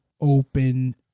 open